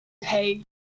hey